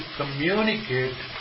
communicate